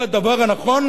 הוא הדבר הנכון,